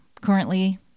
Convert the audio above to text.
currently